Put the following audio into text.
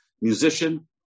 musician